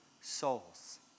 souls